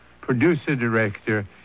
producer-director